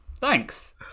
Thanks